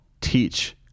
teach